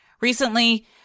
recently